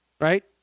right